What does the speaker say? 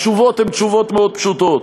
התשובות הן תשובות מאוד פשוטות: